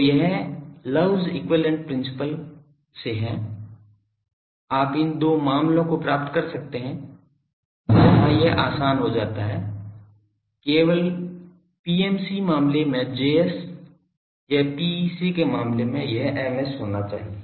तो यह love equivalence principle Love's equivalence principle से है आप इन दो मामलों को प्राप्त कर सकते हैं जहां यह आसान हो जाता है केवल PMC मामले में Js या PEC के मामले में यह Ms होना चाहिए